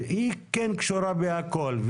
היא קשורה בכול.